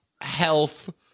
health